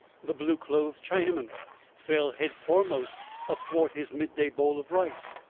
the blue-clothed chinaman fell head foremost athwart his midday bowl of rice,